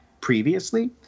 previously